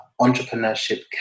entrepreneurship